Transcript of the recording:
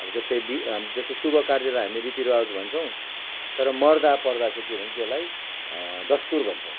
अब जस्तै जस्तै शुभ कार्यलाई हामी रीति रिवाज भन्छौँ तर मर्दा पर्दा चाहिँ के भन्छौँ त्यसलाई दस्तुर भन्छौँ